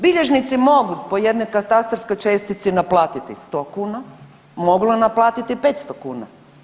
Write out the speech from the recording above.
Bilježnici mogu po jednoj katastarskoj čestici naplatiti sto kuna, mogu naplatiti 500 kuna.